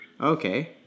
Okay